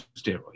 steroids